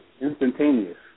instantaneous